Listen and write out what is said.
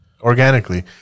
organically